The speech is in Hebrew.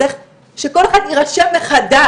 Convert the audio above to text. צריך שכל אחד יירשם מחדש.